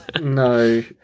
No